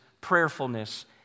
prayerfulness